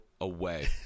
away